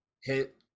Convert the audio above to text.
hit